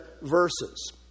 verses